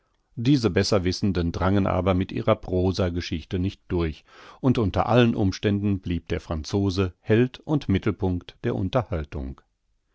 diese besserwissenden drangen aber mit ihrer prosa geschichte nicht durch und unter allen umständen blieb der franzose held und mittelpunkt der unterhaltung